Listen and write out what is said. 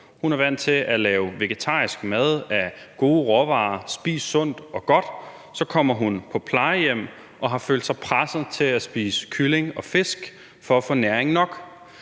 Hun er vant til at lave vegetarisk mad af gode råvarer og spise sundt og godt. Så kommer hun på plejehjem og har følt sig presset til at spise kylling og fisk for at få næring nok.